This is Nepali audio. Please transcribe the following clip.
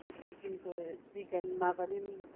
अन्त चिकनको चिकनमा पनि